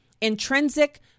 Intrinsic